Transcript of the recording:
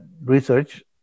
research